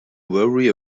worry